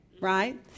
right